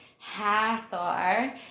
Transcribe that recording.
Hathor